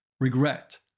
regret